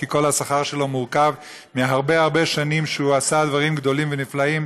כי השכר שלו מורכב מהרבה הרבה שנים שהוא עשה דברים גדולים ונפלאים